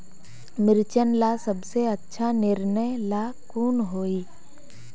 मिर्चन ला सबसे अच्छा निर्णय ला कुन होई?